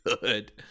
good